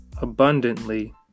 abundantly